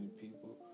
people